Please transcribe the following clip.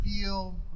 feel